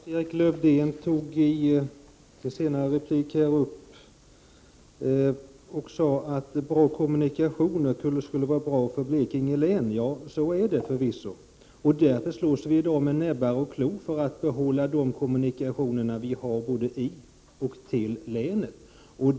Herr talman! Lars-Erik Lövdén sade i sin senaste replik att bra kommunikationer skulle vara bra för Blekinge län. Ja, förvisso är det så, och därför slåss vi i dag med näbbar och klor för att behålla de kommunikationer vi har både i och till länet.